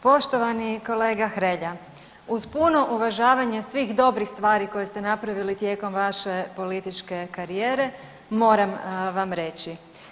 Poštovani kolega Hrelja, uz puno uvažavanje svih dobrih stvari koje ste napravili tijekom vaše političke karijere moram vam reći.